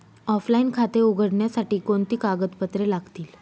Offline खाते उघडण्यासाठी कोणती कागदपत्रे लागतील?